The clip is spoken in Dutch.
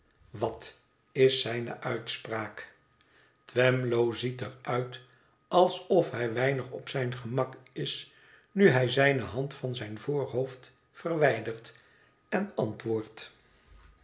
wat is zijne uitspraak twemlow ziet er uit alsof hij weinig op zijn gemak is nu hij zijne hand van zijn voorhoofd verwijdert en antwoordt